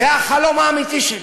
זה החלום האמיתי שלי.